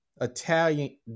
Italian